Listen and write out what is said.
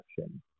action